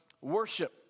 worship